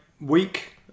week